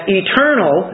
eternal